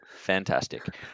fantastic